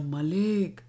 Malik